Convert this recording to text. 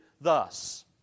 thus